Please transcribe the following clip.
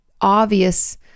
obvious